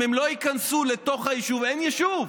אם הם לא ייכנסו לתוך היישוב, אין יישוב.